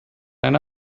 eine